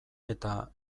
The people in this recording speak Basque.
eta